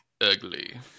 ugly